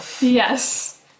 Yes